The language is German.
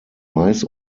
mais